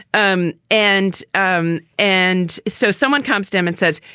um and um and so someone comes down and says,